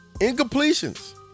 Incompletions